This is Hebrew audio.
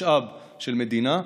משאב של מדינה,